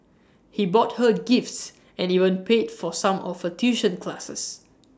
he bought her gifts and even paid for some of her tuition classes